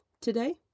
today